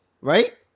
right